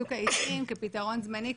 בצוק העיתים כפתרון זמני,